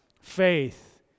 faith